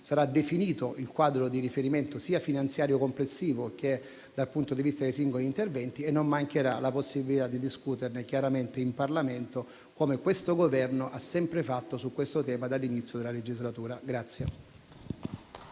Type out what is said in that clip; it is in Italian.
sarà definito il quadro di riferimento sia finanziario complessivo sia dal punto di vista dei singoli interventi e non mancherà la possibilità di discuterne in Parlamento, come questo Governo ha sempre fatto su questo tema sin dall'inizio della legislatura.